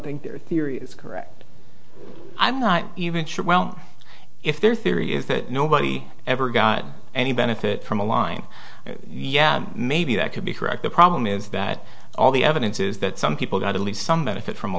think their theory is correct i'm not even sure well if their theory is that nobody ever got any benefit from a line yeah maybe that could be correct the problem is that all the evidence is that some people got at least some benefit from a